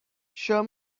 show